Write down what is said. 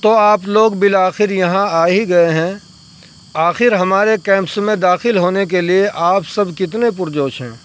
تو آپ لوگ بالآخر یہاں آ ہی گئے ہیں آخر ہمارے کیمپس میں داخل ہونے کے لیے آپ سب کتنے پرجوش ہیں